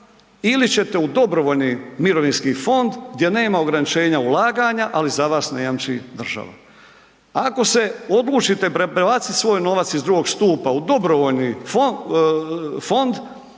ili ćete u dobrovoljni mirovinski fond gdje nema ograničenja ulaganja, ali za vas ne jamči država. Ako se odlučite prebaciti svoj novac iz II. stupa u dobrovoljni fond,